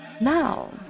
now